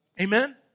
Amen